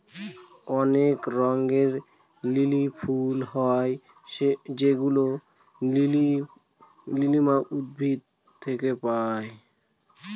অনেক রঙের লিলি ফুল হয় যেগুলো লিলিয়াম উদ্ভিদ থেকে পায়